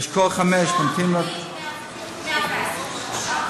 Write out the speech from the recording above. מתוך 110, שלושה?